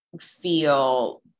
feel